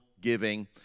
giving